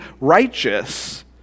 righteous